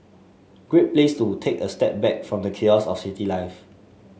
great place to take a step back from the chaos of city life